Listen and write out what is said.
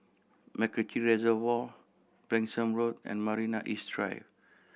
MacRitchie Reservoir Branksome Road and Marina East Drive